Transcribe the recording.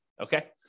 okay